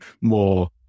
more